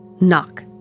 knock